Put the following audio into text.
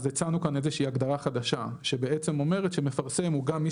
אז הצענו כאן איזושהי הגדרה חדשה שבעצם אומרת שמפרסם הוא גם מי